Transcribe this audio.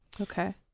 Okay